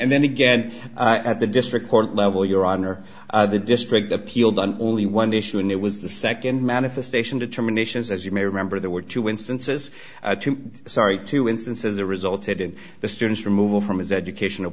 and then again at the district court level your honor the district appealed on only one issue and it was the nd manifestation determinations as you may remember there were two instances sorry two instances the resulted in the student's removal from his educational